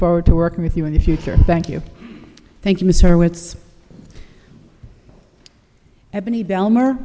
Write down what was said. forward to working with you in the future thank you thank you mr wits ebony belmar